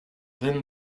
then